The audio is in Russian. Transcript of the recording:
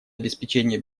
обеспечения